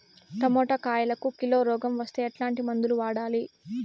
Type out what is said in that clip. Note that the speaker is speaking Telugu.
టమోటా కాయలకు కిలో రోగం వస్తే ఎట్లాంటి మందులు వాడాలి?